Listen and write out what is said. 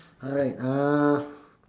alright uh